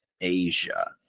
Asia